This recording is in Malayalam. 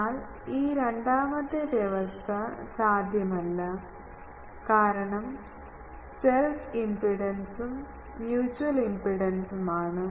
എന്നാൽ ഈ രണ്ടാമത്തെ വ്യവസ്ഥ സാധ്യമല്ല കാരണം സെൽഫ് ഇംപെഡൻസും മ്യൂച്വൽ ഇംപെഡൻസും ആണ്